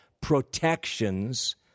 protections